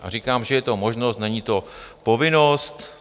A říkám, že je to možnost, není to povinnost.